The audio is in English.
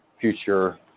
future